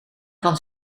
kan